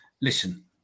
listen